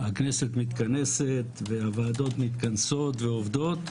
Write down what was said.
הכנסת מתכנסת והוועדות מתכנסות ועובדות,